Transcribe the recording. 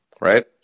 Right